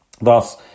Thus